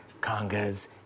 congas